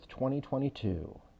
2022